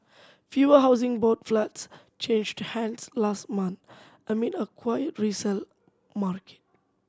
fewer Housing Board flats changed hands last month amid a quiet resale market